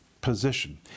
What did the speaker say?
position